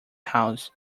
house